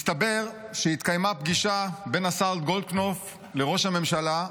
מסתבר שהתקיימה פגישה בין השר גולדקנופ לראש הממשלה,